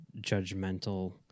judgmental